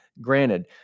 Granted